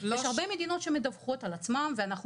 יש הרבה מדינות שמדווחות על עצמן ואנחנו